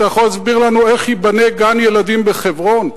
אתה יכול להסביר לנו איך ייבנה גן-ילדים בחברון?